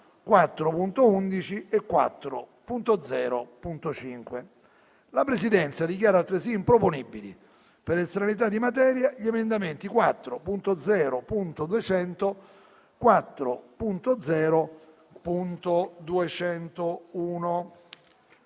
4.11 e 4.0.5. La Presidenza dichiara altresì improponibili per estraneità di materia gli emendamenti 4.0.200 e 4.0.201.